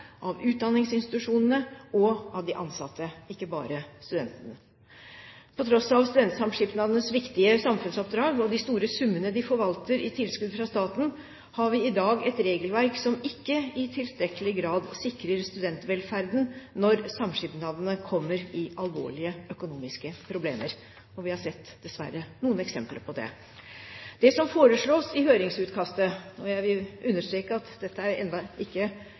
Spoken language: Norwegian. av utdanningsinstitusjonene og av de ansatte – ikke bare av studentene. Til tross for studentsamskipnadenes viktige samfunnsoppdrag og de store summene de forvalter i tilskudd fra staten, har vi i dag et regelverk som ikke i tilstrekkelig grad sikrer studentvelferden når samskipnadene kommer i alvorlige økonomiske problemer, og vi har dessverre sett noen eksempler på det. Det som foreslås i høringsutkastet – og jeg vil understreke at dette ennå ikke er